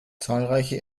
zahlreiche